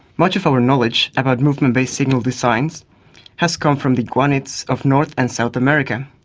much of our knowledge about movement-based signal designs has come from the iguanids of north and south america.